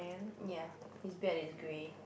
ya his bag is grey